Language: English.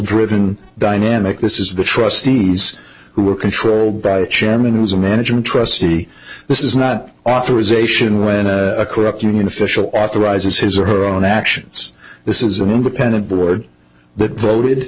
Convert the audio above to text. driven dynamic this is the trustees who are controlled by the chairman who is a management trustee this is not authorization when a corrupt union official authorizes his or her own actions this is an independent board that voted